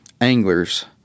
anglers